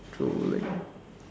trolling